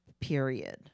period